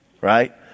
Right